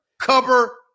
cover